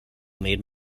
made